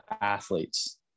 athletes